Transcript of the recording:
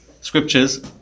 scriptures